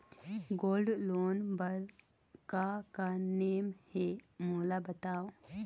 Gold loan बार का का नेम हे, मोला बताव?